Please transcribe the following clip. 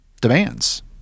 demands